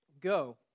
Go